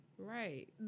Right